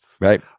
Right